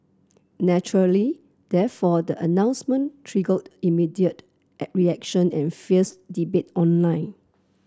naturally therefore the announcement triggered immediate at reaction and fierce debate online